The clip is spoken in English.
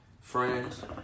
Friends